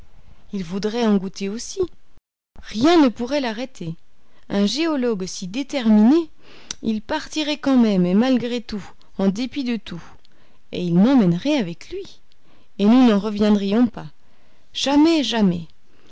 il voudrait en goûter aussi rien ne pourrait l'arrêter un géologue si déterminé il partirait quand même malgré tout en dépit de tout et il m'emmènerait avec lui et nous n'en reviendrions pas jamais jamais